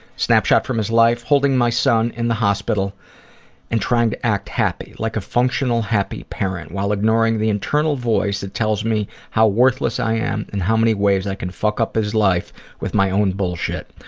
snapshot from his life? holding my son in the hospital and trying to act happy, like a functional happy parent while ignoring the internal voice that tells me how worthless i am and how many ways i can fuck up his life with my own bullshit.